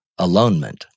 alonement